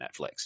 Netflix